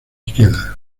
queda